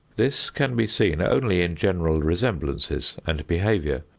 this can be seen only in general resemblances and behavior,